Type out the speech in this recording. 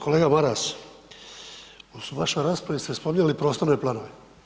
Kolega Maras, u vašoj raspravi ste spominjale prostorne planove.